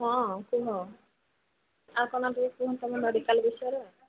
ହଁ କୁହ ଆଉ କ'ଣ ଟିକେ କୁହ ତୁମ ମେଡ଼ିକାଲ ବିଷୟରେ ଆଉ